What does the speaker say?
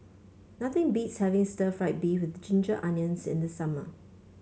nothing beats having Stir Fried Beef with Ginger Onions in the summer